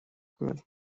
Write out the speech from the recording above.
good